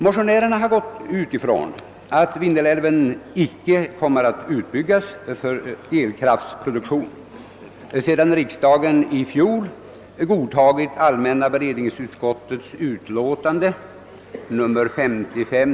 Motionärerna har gått ut ifrån att Vindelälven inte kommer att utbyggas för elkraftproduktion sedan riksdagen i fjol godtog allmänna beredningsutskottets utlåtande nr 55.